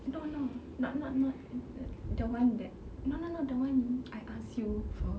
no no not not not the one that no no no the one I ask you for